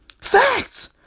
Facts